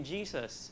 Jesus